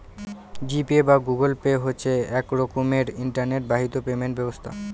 জি Pay বা Google Pay হচ্ছে এক রকমের ইন্টারনেট বাহিত পেমেন্ট ব্যবস্থা